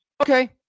okay